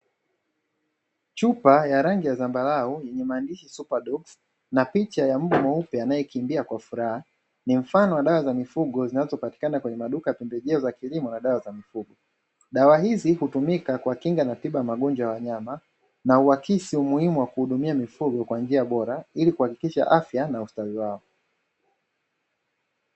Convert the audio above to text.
Chupa ya rangi ya zambarau, yenye maandishi “Supdoksi” na picha ya mbwa mweupe anayekimbia kwa furaha, ni mfano wa dawa za mifugo zinazopatikana kwenye maduka ya pembejeo za kilimo na dawa za mifugo; dawa hizi hutumika kwa kinga na tiba ya magonjwa ya wanyama, na huakisi umuhimu wa kuhudumia mifugo kwa njia bora ili kuhakikisha afya na ustawi wao.